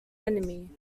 enemy